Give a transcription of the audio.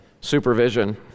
supervision